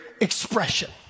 expression